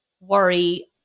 worry